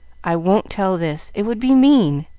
i won't tell this. it would be mean.